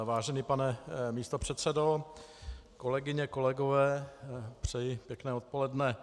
Vážený pane místopředsedo, kolegyně, kolegové, přeji pěkné odpoledne.